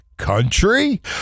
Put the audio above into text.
country